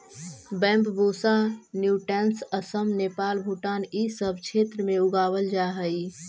Bambusa nutans Assam, Nepal, Bhutan इ सब क्षेत्र में उगावल जा हई